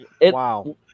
wow